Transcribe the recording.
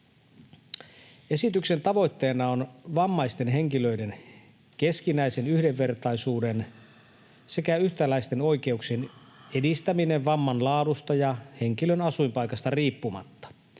Esityksen tavoitteena on vammaisten henkilöiden keskinäisen yhdenvertaisuuden sekä yhtäläisten oikeuksien edistäminen vamman laadusta ja henkilön asuinpaikasta riippumatta.